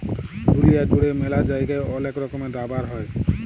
দুলিয়া জুড়ে ম্যালা জায়গায় ওলেক রকমের রাবার হ্যয়